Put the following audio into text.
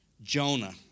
Jonah